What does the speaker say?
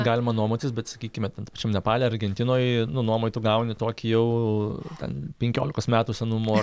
galima nuomotis bet sakykime ten tam pačiam nepale argentinoj nu nuomoj tu gauni tokį jau ten penkiolikos metų senumo